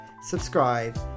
subscribe